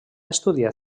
estudiat